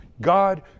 God